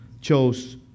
chose